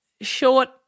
short